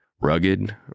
Rugged